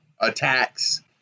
attacks